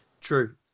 True